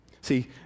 See